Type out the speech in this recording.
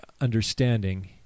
understanding